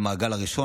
למעגל הראשון,